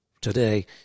today